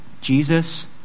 Jesus